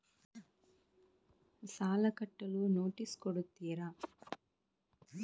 ಸಾಲ ಕಟ್ಟಲು ನೋಟಿಸ್ ಕೊಡುತ್ತೀರ?